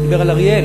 הוא דיבר על אריאל,